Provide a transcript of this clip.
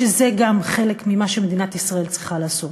שזה גם חלק ממה שמדינת ישראל צריכה לעשות,